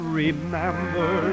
remember